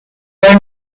were